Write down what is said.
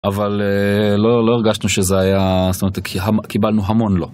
אבל לא הרגשנו שזה היה, זאת אומרת, קיבלנו המון לא.